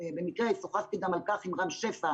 במקרה שוחחתי גם על כך עם רם שפע.